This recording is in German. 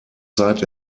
zeit